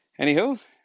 Anywho